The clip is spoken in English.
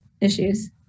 issues